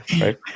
right